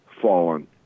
fallen